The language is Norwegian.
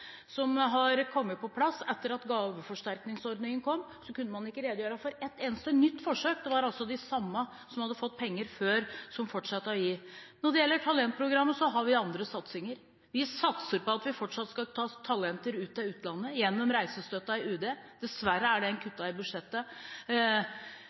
som har kommet på plass etter at gaveforsterkningsordningen kom, kunne man ikke redegjøre for et eneste nytt forsøk. Det var altså de samme som hadde fått penger før, som man fortsatte å gi til. Når det gjelder talentprogrammet, har vi andre satsinger. Vi satser på at vi fortsatt skal ta talenter til utlandet gjennom Utenriksdepartementets reisestøtte. Dessverre er